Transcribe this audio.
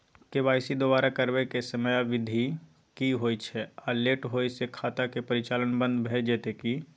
KYC दोबारा करबै के समयावधि की होय छै आ लेट होय स खाता के परिचालन बन्द भ जेतै की?